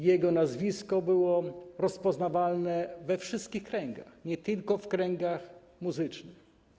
Jego nazwisko było rozpoznawane we wszystkich kręgach, nie tylko w kręgach muzycznych.